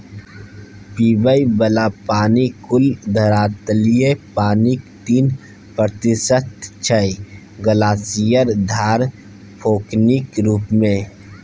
पीबय बला पानि कुल धरातलीय पानिक तीन प्रतिशत छै ग्लासियर, धार, पोखरिक रुप मे